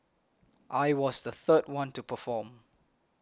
I was the third one to perform